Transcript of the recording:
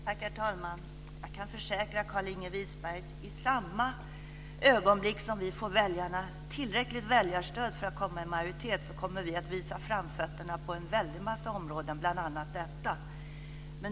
Herr talman! Jag kan försäkra Carlinge Wisberg: I samma ögonblick som vi får tillräckligt väljarstöd för att komma i majoritet kommer vi att visa framfötterna på en väldig massa områden, bl.a. detta.